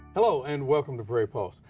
hello and welcome to prairie pulse.